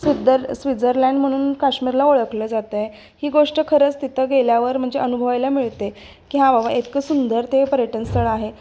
स्विदर Switzerland म्हणून काश्मीरला ओळखलं जातं आहे ही गोष्ट खरंच तिथं गेल्यावर म्हणजे अनुभवायला मिळते की हा बाबा इतकं सुंदर ते पर्यटन स्थळ आहे